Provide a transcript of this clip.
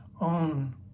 own